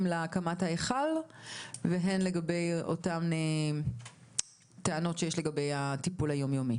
להקמת ההיכל והן לגבי אותן טענות שיש לגבי הטיפול היום יומי,